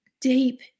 Deep